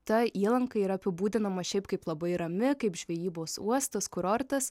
ta įlanka yra apibūdinama šiaip kaip labai rami kaip žvejybos uostas kurortas